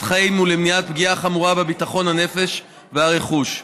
חיים ולמניעת פגיעה חמורה בביטחון הנפש והרכוש.